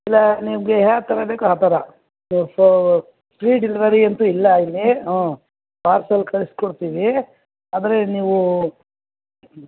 ಇಲ್ಲ ನಿಮಗೆ ಯಾವ ಥರ ಬೇಕು ಆ ಥರ ಸ್ಪೀಡ್ ಡೆಲಿವರಿ ಅಂತೂ ಇಲ್ಲ ಇಲ್ಲಿ ಹ್ಞೂ ಪಾರ್ಸೆಲ್ ಕಳ್ಸಿ ಕೊಡ್ತೀವಿ ಆದರೆ ನೀವು